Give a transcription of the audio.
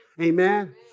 Amen